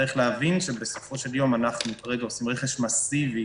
צריך להבין שכרגע אנחנו עושים רכש מסיבי.